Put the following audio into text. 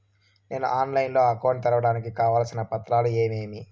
నేను ఆన్లైన్ లో అకౌంట్ తెరవడానికి కావాల్సిన పత్రాలు ఏమేమి?